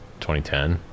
2010